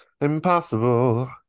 Impossible